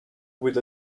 with